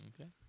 Okay